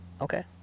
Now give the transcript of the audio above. okay